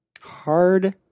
hard